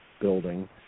building